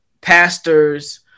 Pastors